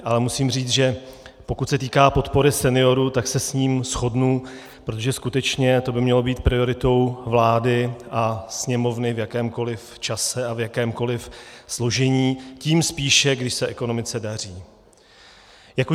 Ale musím říct, že pokud se týká podpory seniorů, tak se s ním shodu, protože skutečně to by mělo být prioritou vlády a Sněmovny v jakémkoliv čase a v jakémkoliv složení, tím spíše, když se ekonomice daří.